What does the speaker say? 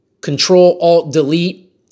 Control-Alt-Delete